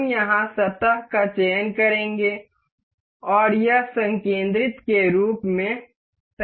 हम यहां सतह का चयन करेंगे और यह संकेंद्रित के रूप में तय करता है